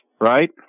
right